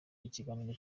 ikiganiro